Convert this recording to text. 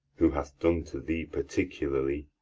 who hath done to thee particularly,